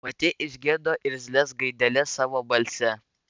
pati išgirdo irzlias gaideles savo balse